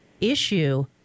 issue